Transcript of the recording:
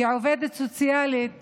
כעובדת סוציאלית